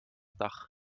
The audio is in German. dach